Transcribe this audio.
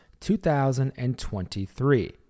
2023